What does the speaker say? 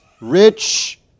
rich